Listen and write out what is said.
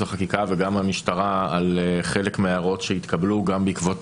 וחקיקה וגם מהמשטרה על חלק מההערות שהתקבלו גם בעקבות